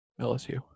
LSU